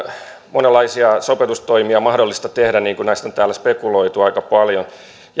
monenlaisia sopeutustoimia mahdollista tehdä niin kuin näitä on täällä spekuloitu aika paljon